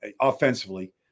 offensively